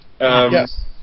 Yes